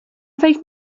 فکر